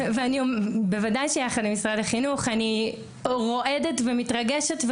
אני רועדת ומתרגשת,